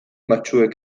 batzuek